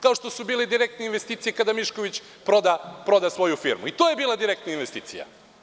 Kao što su bile direktne investicije kada Mišković proda svoju firmu, i to je bila direktna investicija.